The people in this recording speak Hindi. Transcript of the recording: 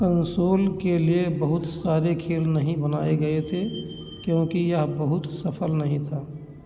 कंसोल के लिए बहुत सारे खेल नहीं बनाए गए थे क्योंकि यह बहुत सफल नहीं था